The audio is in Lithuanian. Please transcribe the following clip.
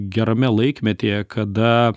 gerame laikmetyje kada